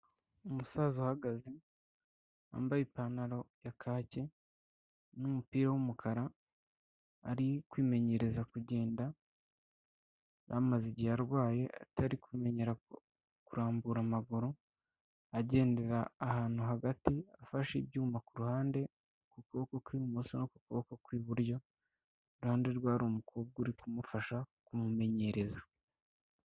Umusaza uhagaze wambaye ipantaro ya kake n'umupira w'umukara ari kwimenyereza kugenda, yari amaze igihe arwaye atari kumenyera kurambura amaguru, agendera ahantu hagati, afashe ibyuma ku ruhande, ku kuboko kw'ibumoso no kukuboko kw'iburyo, ku ruhande rwe hari umukobwa uri kumufasha kumumenyereza.